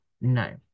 no